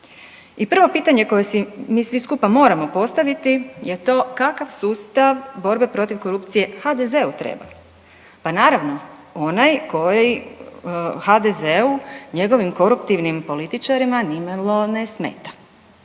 I prvo pitanje koje si mi svi skupa moramo postaviti je to, kakav sustav borbe protiv korupcije HDZ-u treba? Pa naravno, onaj koji HDZ-u, njegovim koruptivnim političarima nimalo ne smeta.